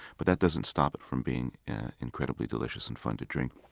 but that doesn't stop it from being incredibly delicious and fun to drink.